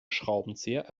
schraubenzieher